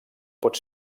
pot